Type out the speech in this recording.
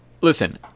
Listen